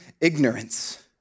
ignorance